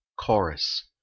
Chorus